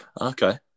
Okay